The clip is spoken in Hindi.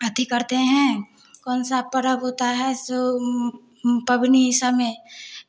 अथि करते हैं कौन सा पर्व होता है सो पबनी इ सब में